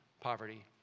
poverty